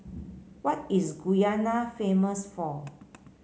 what is Guyana famous for